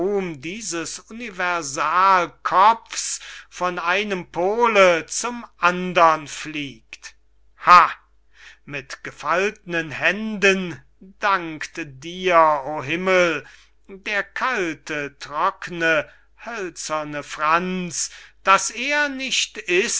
dieses universalkopfs von einem pole zum andern fliegt ha mit gefaltnen händen dankt dir o himmel der kalte trockne hölzerne franz daß er nicht